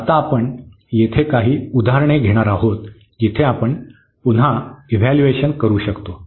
तर आता आपण येथे काही उदाहरणे घेणार आहोत जिथे आपण पुन्हा इव्हॅल्यूएशन करू शकतो